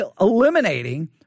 eliminating